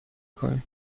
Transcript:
کنید